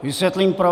Vysvětlím proč.